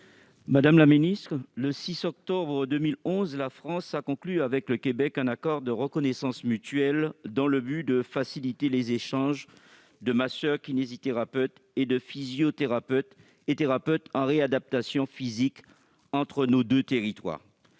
Madame la ministre, le 6 octobre 2011, la France a conclu avec le Québec un accord de reconnaissance mutuelle dans le but de faciliter les échanges de masseurs-kinésithérapeutes ainsi que de physiothérapeutes et thérapeutes en réadaptation physique entre nos deux territoires.